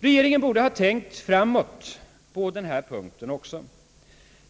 Regeringen borde ha tänkt framåt på denna punkt.